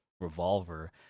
revolver